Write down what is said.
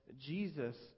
Jesus